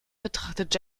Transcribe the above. betrachtet